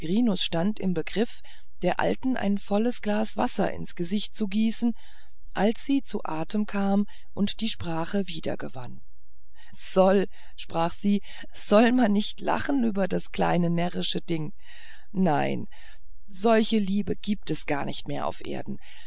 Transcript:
stand im begriffe der alten ein volles glas wasser ins gesicht zu gießen als sie zu atem kam und die sprache wiedergewann soll sprach sie soll man nicht lachen über das kleine närrische ding nein solche liebe gibt es gar nicht mehr auf erden